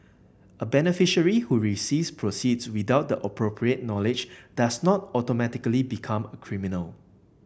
a beneficiary who receives proceeds without the appropriate knowledge does not automatically become a criminal